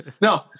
No